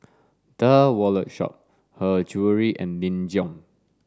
The Wallet Shop Her Jewellery and Nin Jiom